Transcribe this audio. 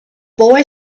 boy